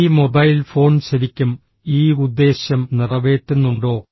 ഈ mobile phone ശരിക്കും ഈ ഉദ്ദേശ്യം നിറവേറ്റുന്നുണ്ടോ